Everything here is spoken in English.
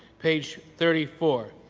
page thirty four,